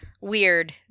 weird